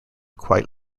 quite